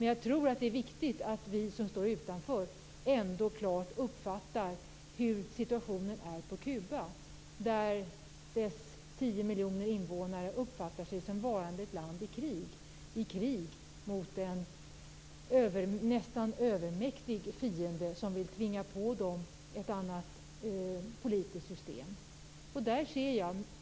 Jag tror också att det är viktigt att vi som står utanför klart uppfattar hur situationen är på Kuba, vars 10 miljoner invånare upplever sig som tillhörande ett land som är i krig mot en nästan övermäktig fiende, som vill tvinga på dem ett annat politiskt system.